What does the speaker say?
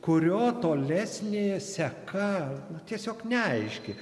kurio tolesnė seka tiesiog neaiški